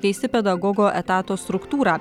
keisi pedagogo etato struktūrą